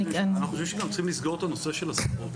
אנחנו חושבים שגם צריכים לסגור את הנושא של הסעות.